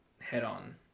head-on